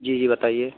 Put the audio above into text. جی جی بتائیے